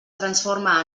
transforma